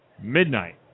Midnight